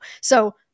So-